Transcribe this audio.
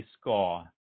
score